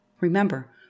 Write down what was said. Remember